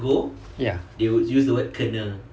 ya